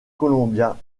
columbia